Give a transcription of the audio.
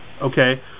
okay